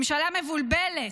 ממשלה מבולבלת,